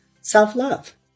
self-love